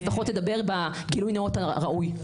לפחות תדבר בגילוי נאות הראוי.